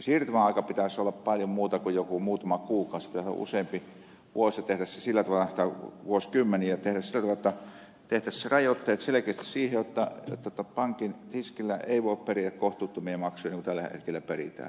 siirtymäajan pitäisi olla paljon muuta kuin joku muutama kuukausi sen pitäisi olla useampi vuosi tai vuosikymmen ja tehdä se sillä tavalla jotta tehtäisiin rajoitteet selkeästi siihen jotta pankin tiskillä ei voi periä kohtuuttomia maksuja niin kuin tällä hetkellä peritään